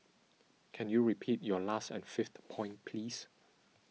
can you repeat your last and fifth point please